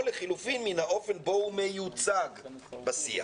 או לחילופין, מן האופן בו הוא מיוצג בשיח".